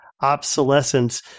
obsolescence